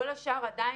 כל השאר עדיין,